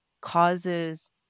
causes